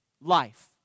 life